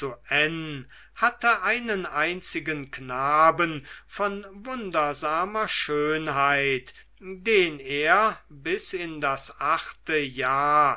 hatte einen einzigen knaben von wundersamer schönheit den er bis in das achte jahr